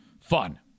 Fun